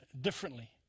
differently